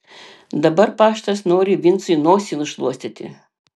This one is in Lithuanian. dabar paštas nori vincui nosį nušluostyti